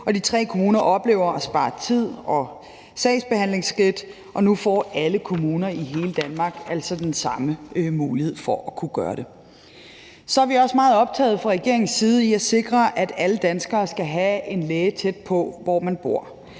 de tre kommuner oplever at spare tid og sagsbehandlingsskridt, og nu får alle kommuner i hele Danmark altså den samme mulighed for at kunne gøre det. Så er vi også fra regeringens side meget optaget af at sikre, at alle danskere skal have en læge tæt på, hvor de bor.